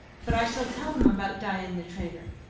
but i shall tell them about dain the trader,